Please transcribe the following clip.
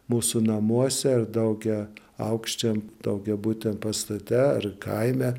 mūsų namuose ar dauge aukščiam daugiabuty pastate ar kaime